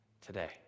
today